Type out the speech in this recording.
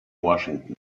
washington